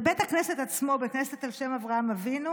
בית הכנסת עצמו, בית כנסת על שם אברהם אבינו,